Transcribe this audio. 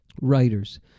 writers